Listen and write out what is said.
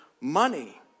money